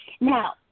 Now